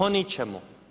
O ničemu.